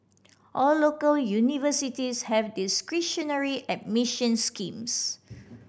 all local universities have discretionary admission schemes